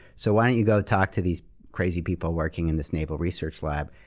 so why don't you go talk to these crazy people working in this naval research lab?